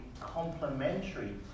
complementary